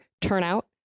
turnout